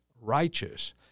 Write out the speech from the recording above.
righteous